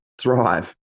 thrive